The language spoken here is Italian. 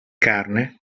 carne